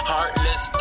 Heartless